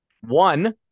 one